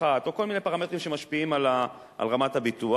יפחת או כל מיני פרמטרים שמשפיעים על רמת הביטוח,